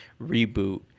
reboot